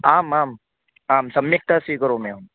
आम् आम् आं सम्यक्तया स्वीकरोमि अहं